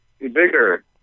bigger